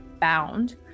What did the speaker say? bound